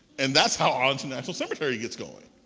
and that's how arlington national cemetery gets going.